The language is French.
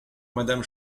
madame